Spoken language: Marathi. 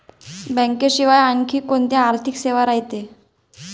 बँकेशिवाय आनखी कोंत्या आर्थिक सेवा रायते?